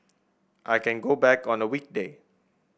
I can go back on a weekday